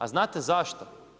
A znate zašto?